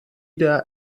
der